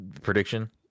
prediction